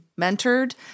mentored